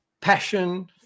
passion